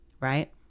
right